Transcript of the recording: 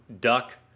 duck